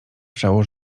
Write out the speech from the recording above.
wrzało